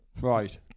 right